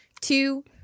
two